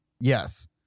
Yes